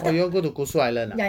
!wah! you all go to kusu island ah